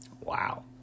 Wow